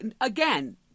again